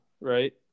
right